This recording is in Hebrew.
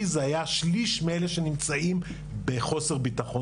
זה היה שליש מאלה שנמצאים בחוסר ביטחון